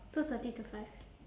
two thirty to five